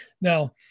Now